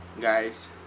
guys